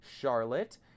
Charlotte